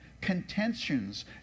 contentions